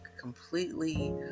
completely